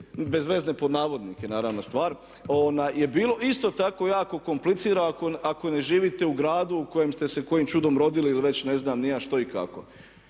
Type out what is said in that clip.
bezvezne pod navodnike naravna stvar, je bilo isto tako jako komplicirano ako ne živite u kojem ste se kojim čudom rodili ili već ne znam ni ja što i kako.